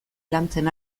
lantzen